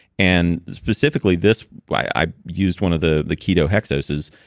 and specifically this, i used one of the the ketohexoses,